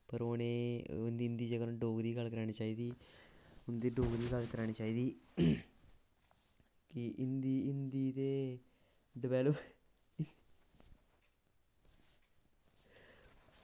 पर ओह् उनें हिंदी दी जगह डोगरी च गल्ल करानी चाहिदी हिंदी डोगरी च गल्ल करानी चाहिदी की हिंदी ते डेवेल्प